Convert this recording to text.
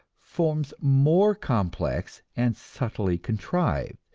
forms more complex and subtly contrived,